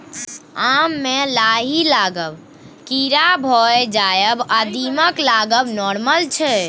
आम मे लाही लागब, कीरा भए जाएब आ दीमक लागब नार्मल छै